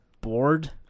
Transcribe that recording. bored